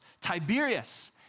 Tiberius